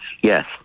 Yes